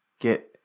Get